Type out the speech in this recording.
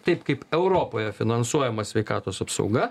taip kaip europoje finansuojama sveikatos apsauga